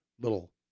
little